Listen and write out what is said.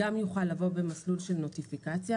גם יוכל לבוא במסלול של נוטיפיקציה,